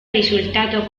risultato